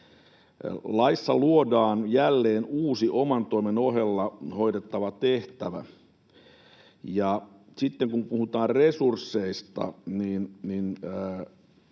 Laissa luodaan jälleen uusi oman toimen ohella hoidettava tehtävä, ja sitten kun puhutaan resursseista ja